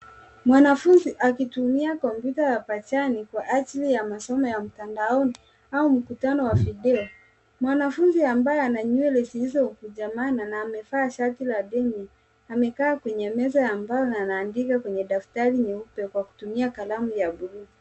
Mwanafunzi akitumia kompyuta ya pajani kwa ajili ya masomo ya mtandaoni au mkutano wa video. Mwanafunzi ambaye ana nywele zilizokunjamana na amevaa shati la, denim, amekaa kwenye meza ya mbao na anaandika kwenye daftari nyeupe kwa kutumia kalamu ya bluu.